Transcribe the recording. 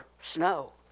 snow